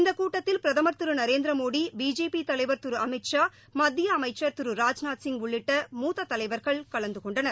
இந்த கூட்டத்தில் பிரதமர் திரு நரேந்திரமோடி பிஜேபி தலைவர் திரு அமித்ஷா மத்திய அமைச்சர் திரு ராஜ்நாத்சிங் உள்ளிட்ட மூத்த தலைவர்கள் கலந்து கொண்டனர்